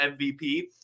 MVP